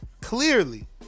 clearly